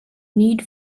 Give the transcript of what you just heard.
need